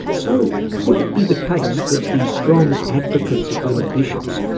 so could it be the case that the strong advocates of women bishops,